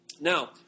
Now